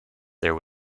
there